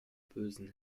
bösen